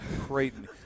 Creighton